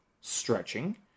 stretching